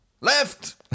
Left